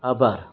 આભાર